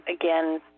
again